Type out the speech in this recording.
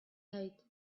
hate